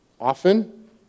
Often